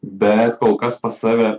bet kol kas pas save